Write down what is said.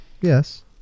Yes